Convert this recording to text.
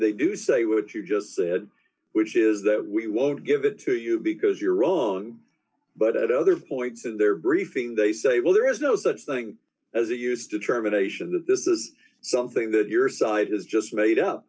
they do say would d you just said which is d that we won't give it to you because you're wrong but at other points in their briefing they say well there is no such thing as it used to terminations that this is something that your side has just made up